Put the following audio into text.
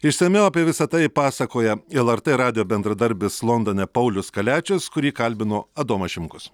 išsamiau apie visa tai pasakoja lrt radijo bendradarbis londone paulius kaliačius kurį kalbino adomas šimkus